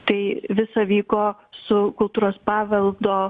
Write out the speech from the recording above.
tai visa vyko su kultūros paveldo